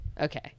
okay